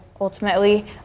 ultimately